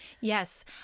Yes